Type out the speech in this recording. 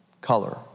color